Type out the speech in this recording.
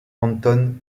anton